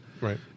Right